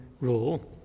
rule